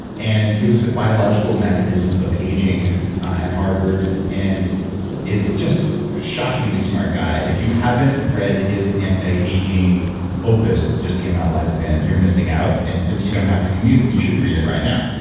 and he looks at biological mechanisms of aging at harvard, and is just a ah shockingly smart guy. if you haven't read his anti-aging opus that just came out lifespan, you're missing out. and since you don't have to commute, you should read it right now.